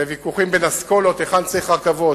ויכוחים בין אסכולות היכן צריך רכבות,